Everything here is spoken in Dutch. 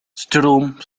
stroom